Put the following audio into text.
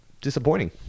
disappointing